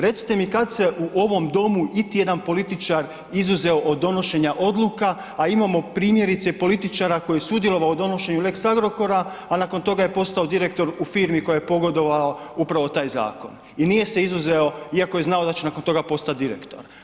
Recite mi kad se u ovom domu iti jedan političar izuzeo od donošenja odluka, a imamo primjerice političara koji je sudjelovao u donošenju lex Agrokora, a nakon toga je postao direktor u firmi koja je pogodovala upravo taj zakon i nije se izuzeo iako je znao da će nakon toga postati direktor.